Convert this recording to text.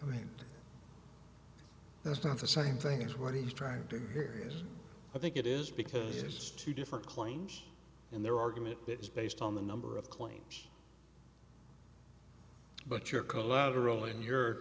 i mean that's not the same thing as what he's trying to here i think it is because there's two different claims in their argument that is based on the number of claims but your collateral in your